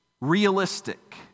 Realistic